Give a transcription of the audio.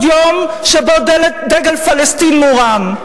עוד יום שבו דגל פלסטין מורם.